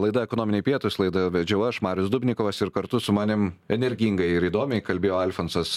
laida ekonominiai pietūs laidą vedžiau aš marius dubnikovas ir kartu su manim energingai ir įdomiai kalbėjo alfonsas